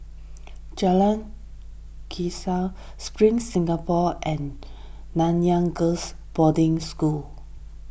Jalan Spring Singapore and Nanyang Girls' Boarding School